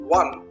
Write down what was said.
one